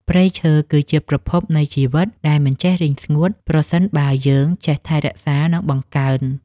ព្រៃឈើ គឺជាប្រភពនៃជីវិតដែលមិនចេះរីងស្ងួតប្រសិនបើយើងចេះថែរក្សា និងបង្កើន។